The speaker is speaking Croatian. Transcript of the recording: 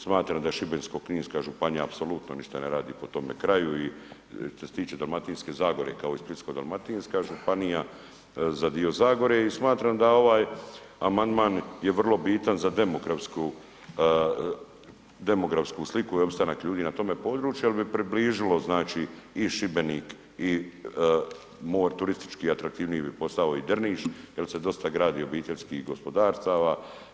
Smatram da Šibensko-kninska županija apsolutno ništa ne radi po tome kraju i što se tiče Dalmatinske zagore, kao i Splitsko-dalmatinska županija, za dio Zagore i smatram da ovaj amandman je vrlo bitan za demografsku sliku i opstanak ljudi na tome području jer bi približilo znači i Šibenik i turistički atraktivniji bi postao i Drniš jer se dosta gradi obiteljskih gospodarstava.